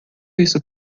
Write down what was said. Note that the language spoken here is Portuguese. isso